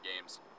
games